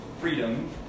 freedom